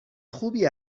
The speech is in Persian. خوبی